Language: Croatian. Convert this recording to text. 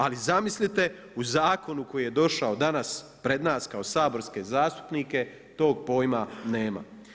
Ali zamislite u zakonu koji je došao danas pred nas kao saborske zastupnike tog pojma nema.